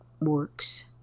works